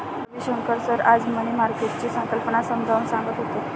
Ravishankar sir आज money मार्केटची संकल्पना समजावून सांगत होते